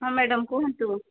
ହଁ ମ୍ୟାଡ଼ାମ୍ କୁହନ୍ତୁ